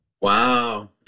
Wow